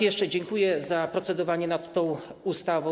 Jeszcze raz dziękuję za procedowanie nad tą ustawą.